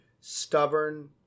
stubborn